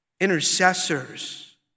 Intercessors